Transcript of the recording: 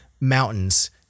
mountains